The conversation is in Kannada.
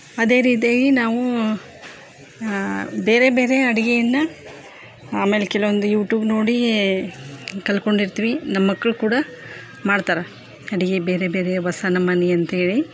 ಅದೇ ರೀತಿಯಾಗಿ ನಾವು ಬೇರೆ ಬೇರೆ ಅಡುಗೆಯನ್ನ ಆಮೇಲೆ ಕೆಲವೊಂದು ಯೂಟೂಬ್ ನೋಡಿ ಕಲ್ತ್ಕೊಂಡಿರ್ತೀವಿ ನಮ್ಮ ಮಕ್ಕಳು ಕೂಡ ಮಾಡ್ತಾರೆ ಅಡುಗೆ ಬೇರೆ ಬೇರೆ ಹೊಸ ನಮೂನಿ ಅಂಥೇಳಿ